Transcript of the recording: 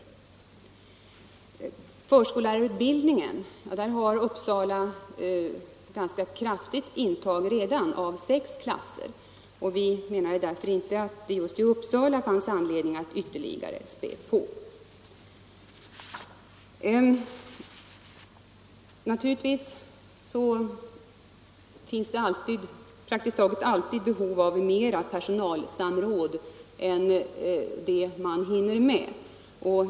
I fråga om förskollärarutbildningen har Uppsala redan ett ganska kraftigt intag av sex klasser. Vi menar därför att det inte finns anledning att öka förskollärarutbildningen ytterligare just i Uppsala. Naturligtvis finns det praktiskt taget alltid behov av mer personalsamråd än vad man hinner med.